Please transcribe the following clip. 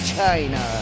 China